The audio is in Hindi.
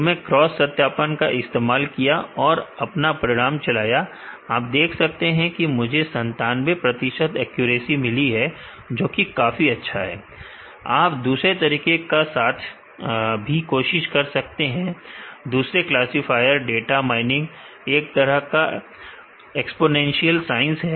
दो मैं क्रॉस सत्यापन का इस्तेमाल किया और अपना परिणाम चलाया आप देख सकते हैं कि मुझे 97 प्रतिशत एक्यूरेसी मिली है जोकि काफी अच्छा है आप दूसरे तरीके के साथ भी कोशिश कर सकते हैं दूसरे क्लासीफायर डाटा माइनिंग एक तरह का एक्स्पोनेंशियल साइंस है